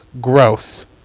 Gross